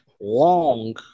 long